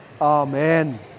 Amen